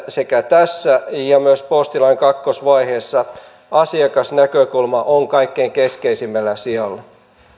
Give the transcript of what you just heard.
sekä tässä että myös postilain kakkosvaiheessa asiakasnäkökulma on kaikkein keskeisimmällä sijalla